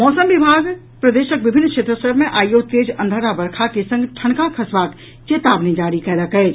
मौसम विभाग प्रदेशक विभिन्न क्षेत्र सभ मे आइयो तेज अंधर आ वर्षा के संग ठनका खसबाक चेतावनी जारी कयलक अछि